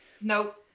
no